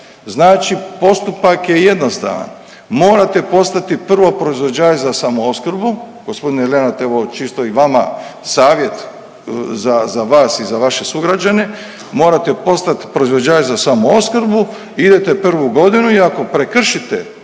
Znači postupak je jednostavan, morate postati prvo proizvođač za samoopskrbu, g. Lenart evo čisto i vama savjet za, za vas i za vaše sugrađane, morate postat proizvođač za samoopskrbu, idete prvu godinu i ako prekršite